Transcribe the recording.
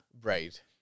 Right